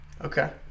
Okay